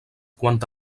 quant